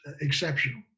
exceptional